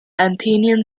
athenian